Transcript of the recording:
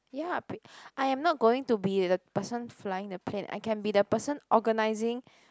yup I am not going to be the person flying the plane I can be the person organising